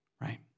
Right